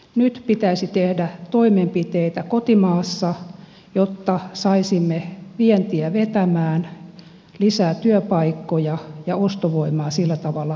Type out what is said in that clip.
nyt pitäisi tehdä toimenpiteitä kotimaassa jotta saisimme vientiä vetämään lisää työpaikkoja ja ostovoimaa sillä tavalla kansalaisille